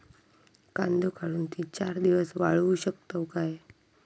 कांदो काढुन ती चार दिवस वाळऊ शकतव काय?